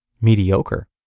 mediocre